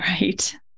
Right